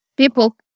People